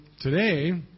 today